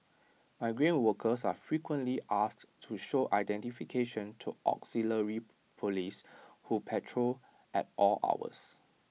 migrant workers are frequently asked to show identification to auxiliary Police who patrol at all hours